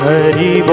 Hari